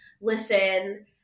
listen